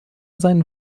seinen